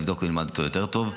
נבדוק ונלמד אותו יותר טוב.